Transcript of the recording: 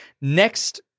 Next